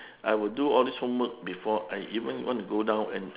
I would do all these homework before I even want to go down and